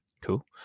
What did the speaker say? Cool